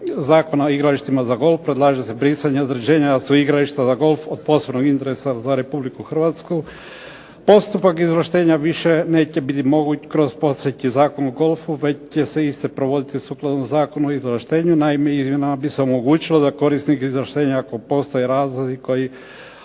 Zakona o igralištima za golf predlaže se brisanje određenja da su igrališta za golf od posebnog interesa za Republiku Hrvatsku. Postupak izvršenja više neće biti moguć kroz postojeći Zakon o golfu već se provoditi sukladno Zakonu o izvlaštenju. Naime, izmjenama bi se omogućilo da korisnik izvlaštenja ako postoje razlozi koji